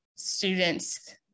students